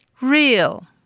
Real